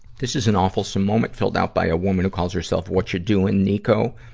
this is an awfulsome moment filled out by a woman who calls herself watcha doin', nico.